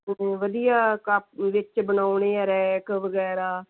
ਹੂੰ ਵਧੀਆ ਕਪ ਵਿੱਚ ਬਣਾਉਣੇ ਹੈ ਰੈਕ ਵਗੈਰਾ